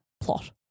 plot